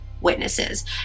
witnesses